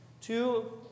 Two